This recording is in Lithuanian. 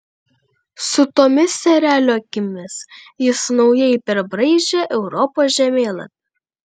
su tomis erelio akimis jis naujai perbraižė europos žemėlapį